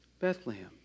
Bethlehem